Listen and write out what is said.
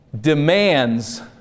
demands